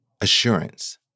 assurance